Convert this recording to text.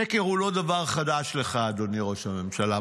שקר הוא לא דבר חדש לך, אדוני ראש הממשלה.